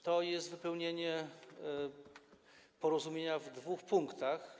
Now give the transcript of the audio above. To jest wypełnienie porozumienia w dwóch punktach.